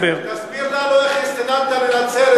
תסביר לנו איך הסתננת לנצרת אתמול?